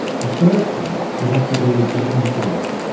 the first thing we have to do is get informed,